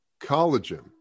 collagen